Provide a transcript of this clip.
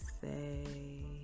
say